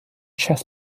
chess